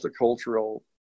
multicultural